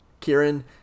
Kieran